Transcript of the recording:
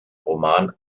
roman